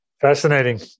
Fascinating